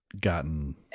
gotten